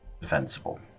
defensible